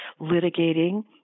litigating